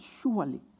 surely